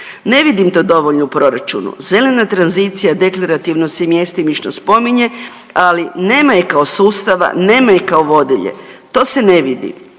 Ne vidim to dovoljno u proračunu. Zelena tranzicija deklarativno se i mjestimično spominje, ali nema je kao sustava, nema je kao vodilje, to se ne vidi.